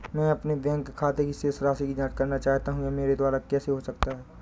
मैं अपने बैंक खाते की शेष राशि की जाँच करना चाहता हूँ यह मेरे द्वारा कैसे हो सकता है?